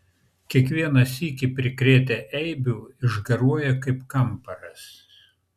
kiekvieną sykį prikrėtę eibių išgaruoja kaip kamparas